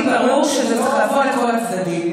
לי ברור שזה צריך לבוא לכל הצדדים.